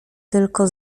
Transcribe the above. tylko